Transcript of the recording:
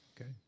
Okay